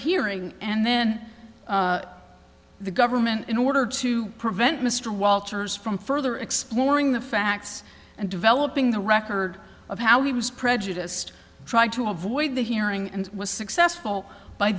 hearing and then the government in order to prevent mr walters from further exploring the facts and developing the record of how he was prejudiced tried to avoid the hearing and was successful by